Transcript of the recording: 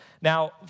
Now